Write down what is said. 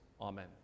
Amen